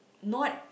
not